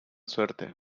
suerte